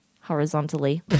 horizontally